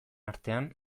artean